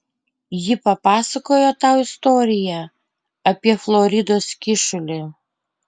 ji papasakojo tau istoriją apie floridos kyšulį